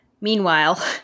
Meanwhile